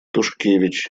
тушкевич